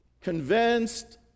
convinced